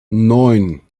neun